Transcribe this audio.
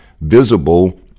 visible